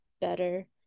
better